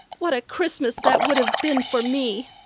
what a christmas that would have been for me!